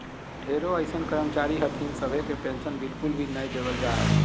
ढेरो अइसन कर्मचारी हथिन सभे के पेन्शन बिल्कुल भी नय देवल जा हय